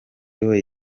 roy